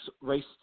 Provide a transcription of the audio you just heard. race